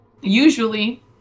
usually